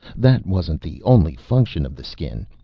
that wasn't the only function of the skin.